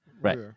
Right